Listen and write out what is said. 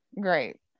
great